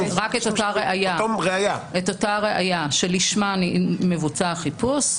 את אותה ראיה לשמה מבוצע החיפוש,